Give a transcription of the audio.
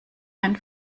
ein